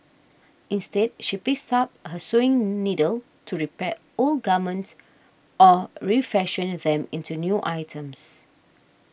instead she picks up her sewing needle to repair old garments or refashion them into new items